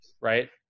Right